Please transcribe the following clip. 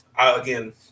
again